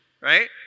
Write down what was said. right